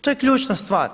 To je ključna stvar.